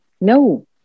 No